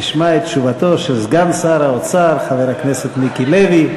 נשמע את תשובתו של סגן שר האוצר חבר הכנסת מיקי לוי.